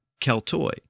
Keltoi